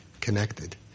connected